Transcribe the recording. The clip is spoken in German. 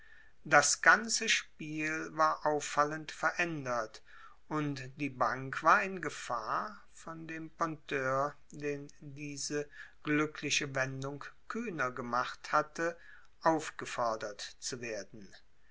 das ganze spiel war auffallend verändert und die bank war in gefahr von dem pointeur den diese glückliche wendung kühner gemacht hatte aufgefordert zu werden